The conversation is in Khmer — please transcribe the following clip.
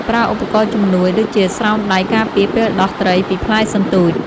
ប្រើឧបករណ៍ជំនួយ ដូចជាស្រោមដៃការពារពេលដោះត្រីពីផ្លែសន្ទូច។